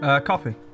coffee